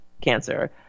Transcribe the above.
cancer